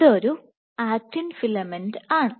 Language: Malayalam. ഇതൊരു ആക്റ്റിൻ ഫിലമെന്റ് ആണ്